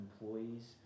employees